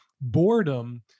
Boredom